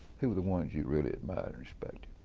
who were the ones you really admire and respect?